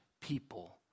people